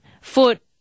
foot